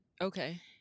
Okay